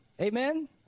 Amen